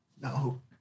No